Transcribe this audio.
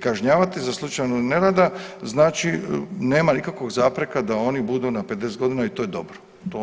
kažnjavati za slučaj nerada, znači nema nikakvih zapreka da oni budu na 50 godina i to je dobro.